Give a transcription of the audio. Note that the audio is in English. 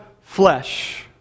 flesh